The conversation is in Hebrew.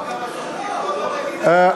גם הזכות לבחור למדינה,